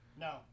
no